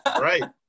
right